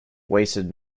wasted